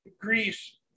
Greece